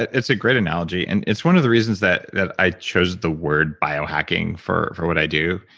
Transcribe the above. it's a great analogy and it's one of the reasons that that i chose the word biohacking for for what i do.